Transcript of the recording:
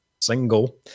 single